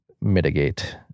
mitigate